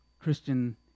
Christian